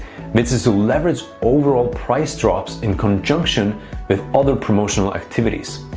which is to leverage overall price drops in conjunction with other promotional activities.